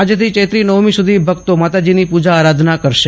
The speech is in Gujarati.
આજથી ચૈત્રી નવમી સુધી ભક્તો માતાજીની પૂજા આરાધના કરશે